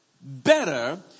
better